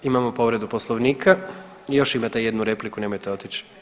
Imamo povredu Poslovnika i još imate jednu repliku, nemojte otići.